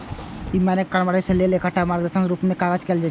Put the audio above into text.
ई मानक कार्यान्वयन लेल एकटा मार्गदर्शक के रूप मे काज करै छै